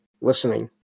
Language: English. listening